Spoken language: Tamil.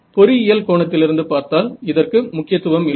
பொறியியல் கோணத்திலிருந்து பார்த்தால் இதற்கு முக்கியத்துவம் இல்லை